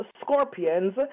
scorpions